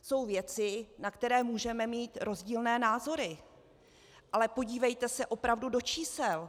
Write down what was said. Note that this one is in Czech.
Jsou věci, na které můžeme mít rozdílné názory, ale podívejte se opravdu do čísel.